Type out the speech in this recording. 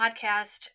podcast